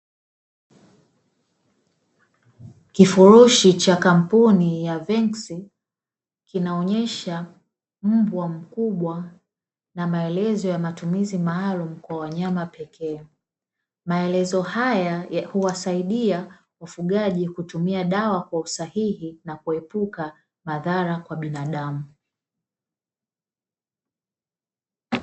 Kifurushi cha kampuni ya venky's kinaonyesha mbwa mkubwa na maelezo ya matumizi maalumu kwa wanyama pekee, maelezo haya huwasaidia wafugaji kutumia dawa kwa usahihi na kuepuka madhara kwa binadamu.